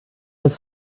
uns